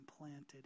implanted